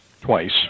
twice